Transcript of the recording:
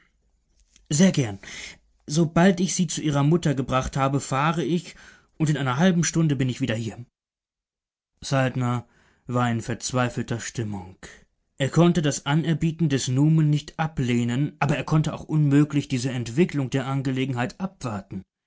sehr gern sobald ich sie zu ihrer mutter gebracht habe fahre ich und in einer halben stunde bin ich wieder hier saltner war in verzweifelter stimmung er konnte das anerbieten des numen nicht ablehnen aber er konnte auch unmöglich diese entwicklung der angelegenheit abwarten